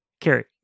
Carrie